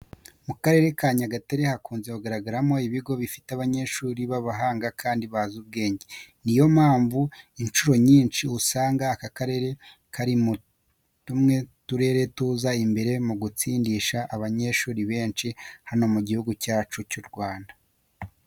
Mu Karere ka Nyagatare hakunze kugaragara ibigo bifite abanyeshuri b'abahanga kandi bazi ubwenge. Ni yo mpamvu incuro nyinshi uzasanga aka karere kari muri tumwe mu turere tuza imbere mu gutsindisha abanyeshuri benshi hano mu Gihugu cyacu cy'u Rwanda.